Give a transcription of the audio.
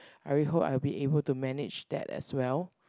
I really hope I'll be able to manage that as well